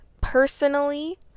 personally